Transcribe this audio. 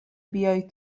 بیایی